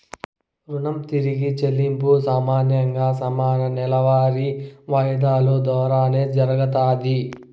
రుణం తిరిగి చెల్లింపు సామాన్యంగా సమాన నెలవారీ వాయిదాలు దోరానే జరగతాది